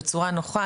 בצורה נוחה,